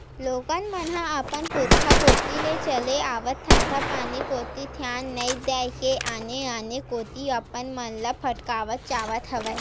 लोगन मन ह अपन पुरुखा कोती ले चले आवत धंधापानी कोती धियान नइ देय के आने आने कोती अपन मन ल भटकावत जावत हवय